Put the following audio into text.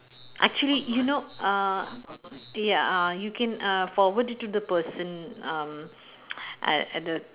actually you know uh ya uh you can uh forward it to the person um at at the